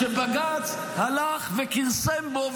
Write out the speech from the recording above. שבג"ץ הלך וכרסם בו,